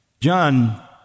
John